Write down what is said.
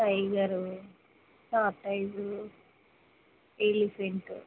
tiger tortoise elephant